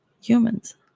humans